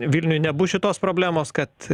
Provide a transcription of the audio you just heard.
vilniuje nebus šitos problemos kad